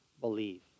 believe